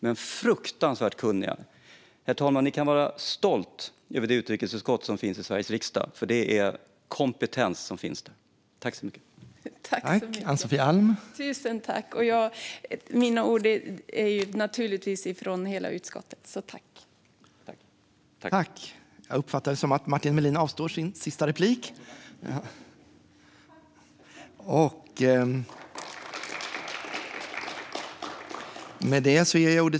Men de är otroligt kunniga. Herr talman! Du kan vara stolt över det utrikesutskott som finns i Sveriges riksdag och den kompetens som finns där.